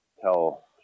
tell